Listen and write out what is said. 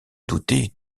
douter